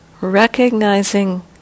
recognizing